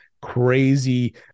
Crazy